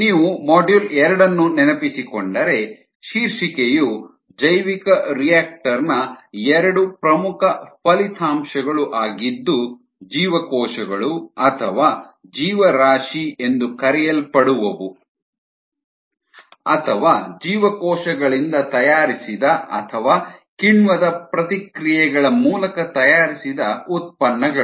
ನೀವು ಮಾಡ್ಯೂಲ್ ಎರಡನ್ನು ನೆನಪಿಸಿಕೊಂಡರೆ ಶೀರ್ಷಿಕೆಯು ಜೈವಿಕರಿಯಾಕ್ಟರ್ ನ ಎರಡು ಪ್ರಮುಖ ಫಲಿತಾಂಶಗಳು ಆಗಿದ್ದು ಜೀವಕೋಶಗಳು ಅಥವಾ ಜೀವರಾಶಿ ಎಂದು ಕರೆಯಲ್ಪಡುವವು ಅಥವಾ ಜೀವಕೋಶಗಳಿಂದ ತಯಾರಿಸಿದ ಅಥವಾ ಕಿಣ್ವದ ಪ್ರತಿಕ್ರಿಯೆಗಳ ಮೂಲಕ ತಯಾರಿಸಿದ ಉತ್ಪನ್ನಗಳು